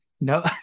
no